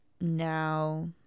now